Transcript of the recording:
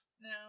No